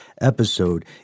episode